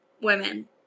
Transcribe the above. women